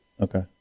Okay